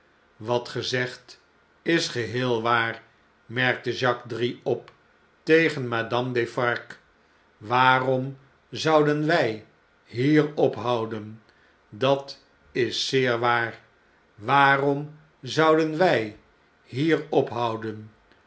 wat p zegt is geheel waar merkte jacques drie op tegen madame defarge waarom zouden wij hier ophouden dat is zeer waar waarom zouden wg hier ophouden